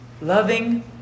loving